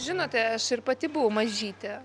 žinote aš ir pati buvau mažytė